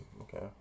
Okay